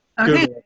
Okay